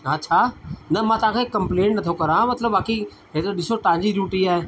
हा छा न मां तव्हांखे कंम्पलेंट नथो करां मतिलब बाक़ी हे त ॾिसो तव्हांखे ड्यूटी आहे